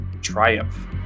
triumph